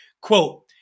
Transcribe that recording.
Quote